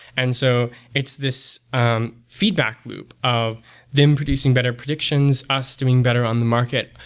and so it's this um feedback loop of them producing better predictions, us doing better on the market.